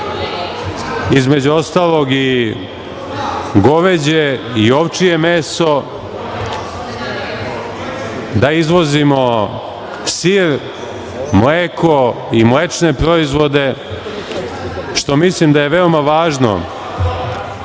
između ostalog, i goveđe i ovčje meso, da izvozimo sir, mleko i mlečne proizvode, što mislim da je veoma važno